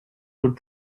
would